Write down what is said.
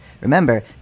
Remember